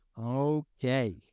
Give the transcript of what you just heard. Okay